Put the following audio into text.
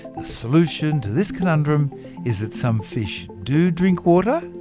the solution to this conundrum is that some fish do drink water,